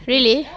really